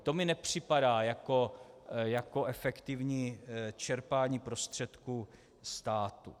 To mi nepřipadá jako efektivní čerpání prostředků státu.